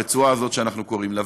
אותה רצועה שאנחנו קוראים לה.